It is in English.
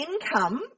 income